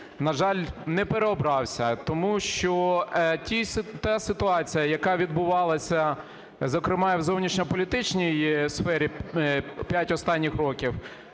на жаль, не переобрався. Тому що та ситуація, яка відбувалася зокрема і в зовнішньополітичній сфері 5 останніх років,